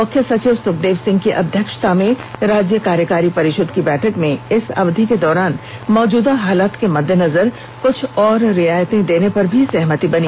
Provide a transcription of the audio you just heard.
मुख्य सचिव सुखदेव सिंह की अध्यक्षता में राज्य कार्यकारी परिषद की बैठक में इस अवधि के दौरान मौजूद हालात के मद्देनजर कुछ और रियायतें देने पर भी सहमति बनी